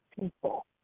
people